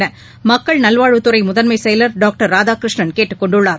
எனமக்கள் நல்வாழ்வுத்துறைமுதன்மைசெயலர் டாக்டர் ராதாகிருஷ்ணன் கேட்டுக்கொண்டுள்ளார்